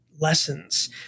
lessons